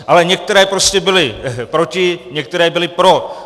Ale některé prostě byly proti, některé byly pro.